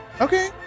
Okay